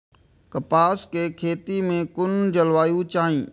कपास के खेती में कुन जलवायु चाही?